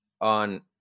on